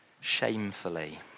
shamefully